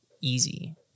easy